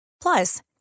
Plus